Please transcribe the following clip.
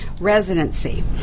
residency